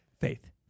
Faith